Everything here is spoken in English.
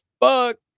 fuck